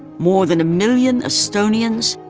more than a million estonians,